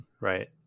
Right